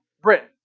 Britain